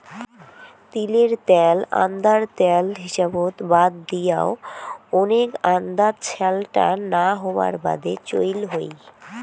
তিলের ত্যাল আন্দার ত্যাল হিসাবত বাদ দিয়াও, ওনেক আন্দাত স্যালটা না হবার বাদে চইল হই